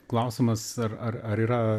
klausimas ar ar ar yra